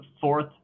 fourth